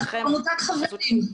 אנחנו עמותת חברים,